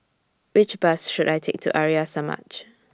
Which Bus should I Take to Arya Samaj